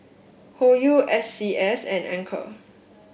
Hoyu S C S and Anchor